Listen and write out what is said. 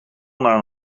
naar